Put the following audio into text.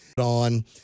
on